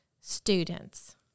students